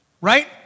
Right